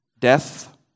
Death